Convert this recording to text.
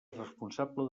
responsable